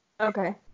Okay